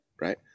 right